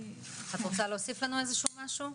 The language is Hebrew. את רוצה להוסיף לנו איזה שהוא משהו?